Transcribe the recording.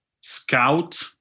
scout